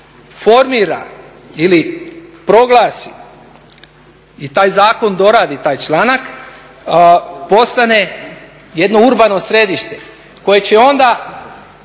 formira ili proglasi i taj zakon doradi taj članak postane jedno urbano središte koje će onda